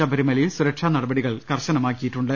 ശബരിമലയിൽ സുരക്ഷാ നടപടികൾ ശക്തമാക്കിയിട്ടുണ്ട്